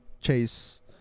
Chase